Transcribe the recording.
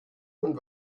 und